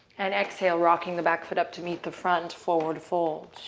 and exhale, rocking the back foot up to meet the front, forward fold.